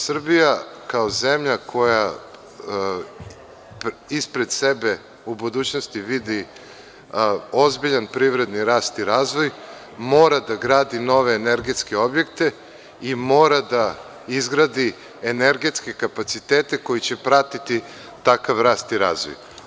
Srbija kao zemlja koja ispred sebe u budućnosti vidi ozbiljan privredni rast i razvoj mora da gradi nove energetske objekte i mora da izgradi energetske kapacitete koji će pratiti takav rast i razvoj.